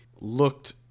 looked